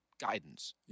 guidance